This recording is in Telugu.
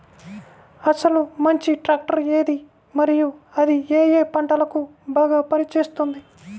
అసలు మంచి ట్రాక్టర్ ఏది మరియు అది ఏ ఏ పంటలకు బాగా పని చేస్తుంది?